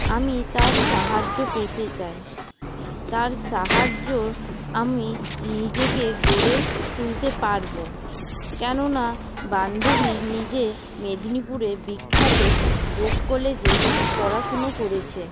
আমি তাঁর সাহায্য পেতে চাই তাঁর সাহায্যে আমি নিজেকে গড়ে তুলতে পারব কেননা বান্ধবী নিজে মেদিনীপুরের বিখ্যাত গোপ কলেজে পড়াশুনো করেছে